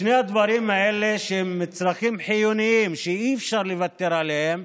שני הדברים האלה הם מצרכים חיוניים שאי-אפשר לוותר עליהם.